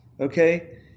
okay